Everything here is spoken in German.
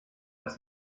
dass